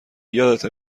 یادته